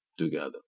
together